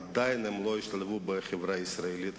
אדוני היושב-ראש, חברי חברי הכנסת,